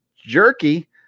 Jerky